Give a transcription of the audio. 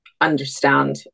understand